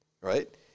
right